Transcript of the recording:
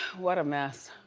what a mess.